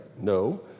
No